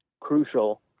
crucial